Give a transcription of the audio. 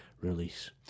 release